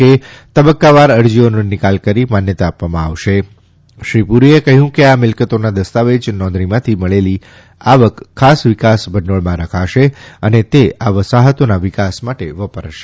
તેમણે કહ્યું કે તબક્કાવાર અરજીઓનો નિકાલ કરી માન્યતા આપવામાં આવશે શ્રી પુરીએ કહ્યું કે આ મિલ્કતોના દસ્તાવેજ નોંધણીમાંથી મળેલી આવક ખાસ વિકાસ ભંડોળમાં રખાશે અને તે આ વસાહતોના વિકાસ માટે વપરાશે